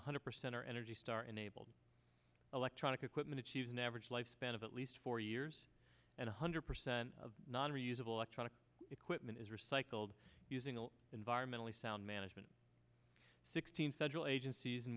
one hundred percent are energy star enabled electronic equipment achieves an average lifespan of at least four years and one hundred percent of non reusable electronic equipment is recycled using environmentally sound management sixteen federal agencies